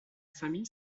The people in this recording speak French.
famille